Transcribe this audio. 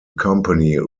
company